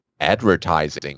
advertising